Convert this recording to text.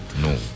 No